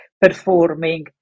performing